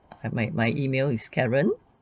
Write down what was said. my my E mail is karen